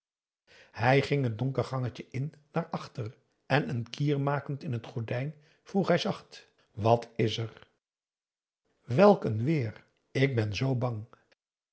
hij ging t donker gangetje in naar achter en een kier makend in het gordijn vroeg hij zacht wat is er welk een weer ik ben zoo bang